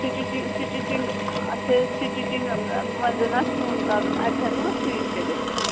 stitching stitching اَچھا stitching وۅنۍ زَن آسہِ سُوُن کَرُن اَتہِ ہٮ۪کوٕ أسۍ سُوِتھ کٔرِتھ پَتہٕ